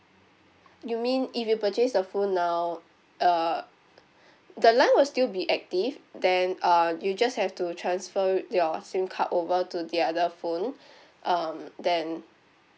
you mean if you purchase the phone now uh the line will still be active then uh you just have to transfer your SIM card over to the other phone um then